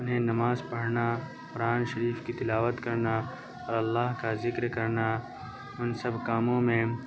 انہیں نماز پڑھنا قرآن شریف کی تلاوت کرنا اور اللہ کا ذکر کرنا ان سب کاموں میں